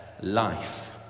Life